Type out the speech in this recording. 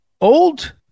old